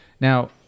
Now